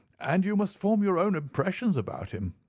and you must form your own impressions about him.